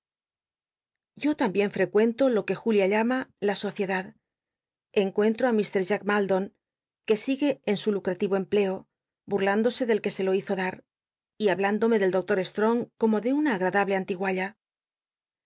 yo tambicn frecuento lo que julia llama la soricdad encuentro á ir jack ilaldon que sigue en su lucra tiro empleo burjándose del que se lo hizo da r y hablándome del doctor strong como de una agradable antigualla